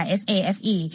safe